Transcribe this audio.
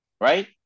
Right